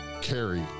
Carrie